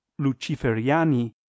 luciferiani